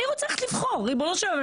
אני רוצה ללכת לבחור, ריבונו של עולם.